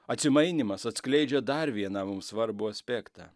atsimainymas atskleidžia dar vieną mum svarbų aspektą